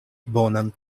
bonan